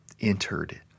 entered